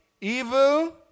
evil